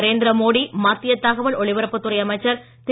நரேந்திர மோடி மத்திய தகவல் ஒளிபரப்புத் துறை அமைச்சர் திரு